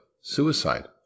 suicide